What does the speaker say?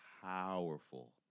powerful